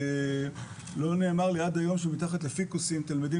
לא נאמר לי עד היום שמתחת לפיקוסים תלמידים